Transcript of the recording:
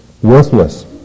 worthless